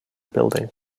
building